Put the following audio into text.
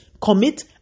commit